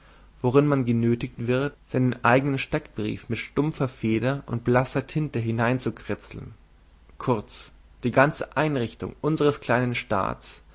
worin man genötigt wird seinen eignen steckbrief mit stumpfer feder und blasser tinte hineinzukritzeln kurz die ganze einrichtung unseres kleinen staats